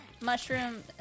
mushroom